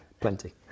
Plenty